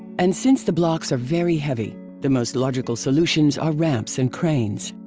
and since the blocks are very heavy, the most logical solutions are ramps and cranes.